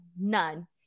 none